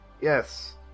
yes